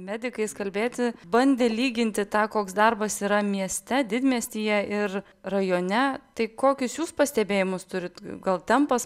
medikais kalbėti bandė lyginti tą koks darbas yra mieste didmiestyje ir rajone tai kokius jūs pastebėjimus turit gal tempas